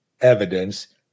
evidence